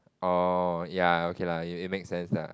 orh ya okay lah it makes sense lah